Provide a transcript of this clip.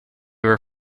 were